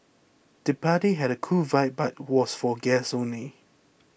the party had a cool vibe but was for guests only